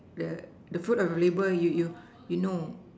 the fruit of labour you know